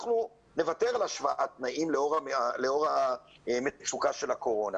אנחנו נוותר על השוואת תנאים לאור המצוקה של הקורונה.